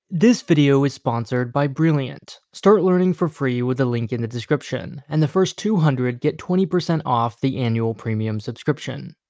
this video is sponsored by brilliant. start learning for free with the link in the description and the first two hundred get twenty percent off the annual premium subscription.